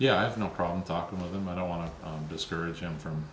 yeah i have no problem talking with them i don't want to discourage him from